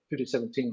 2017